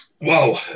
Wow